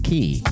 Key